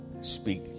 Speak